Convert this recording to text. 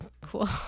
cool